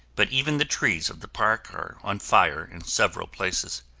but even the trees of the park are on fire in several places.